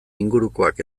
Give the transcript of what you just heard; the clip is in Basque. ingurukoak